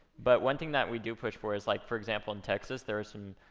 but one thing that we do push for is, like for example, in texas, there's some,